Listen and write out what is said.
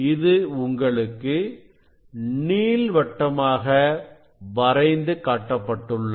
இது உங்களுக்கு நீள்வட்டமாக வரைந்து காட்டப்பட்டுள்ளது